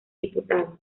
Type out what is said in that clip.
diputado